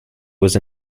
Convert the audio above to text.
was